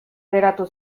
geratu